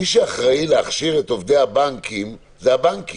מי שאחראי להכשיר את עובדי הבנקים זה הבנקים,